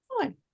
fine